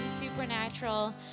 supernatural